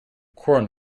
corn